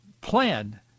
plan